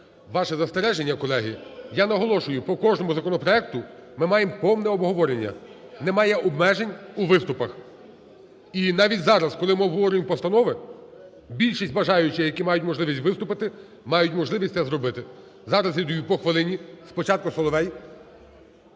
ваші застереження, колеги. Я наголошую, по кожному законопроекту ми маємо повне обговорення, немає обмежень у виступах. І навіть зараз, коли ми обговорюємо постанови, більшість бажаючих, які мають можливість виступити, мають можливість це зробити. Зараз я даю по хвилині, спочатку Соловей,